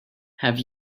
have